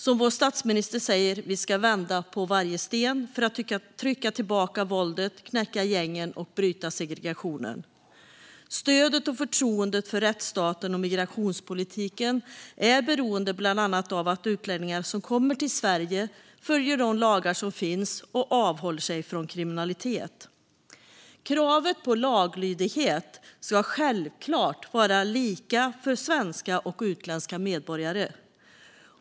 Som vår statsminister säger ska vi vända på varje sten för att trycka tillbaka våldet, knäcka gängen och bryta segregationen. Stödet och förtroendet för rättsstaten och migrationspolitiken är beroende bland annat av att utlänningar som kommer till Sverige följer de lagar som finns och avhåller sig från kriminalitet. Kravet på laglydighet ska självklart vara lika för svenska och utländska medborgare.